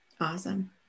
Awesome